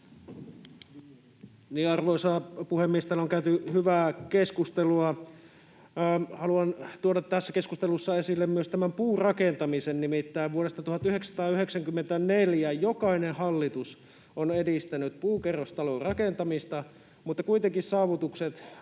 Arvoisa puhemies! Täällä on käyty hyvää keskustelua. — Haluan tuoda tässä keskustelussa esille myös puurakentamisen: Nimittäin vuodesta 1994 jokainen hallitus on edistänyt puukerrostalorakentamista, mutta kuitenkin saavutukset